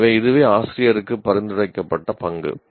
எனவே இதுவே ஆசிரியருக்கு பரிந்துரைக்கப்பட்ட பங்கு